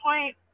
point